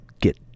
get